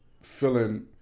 feeling